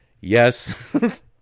Yes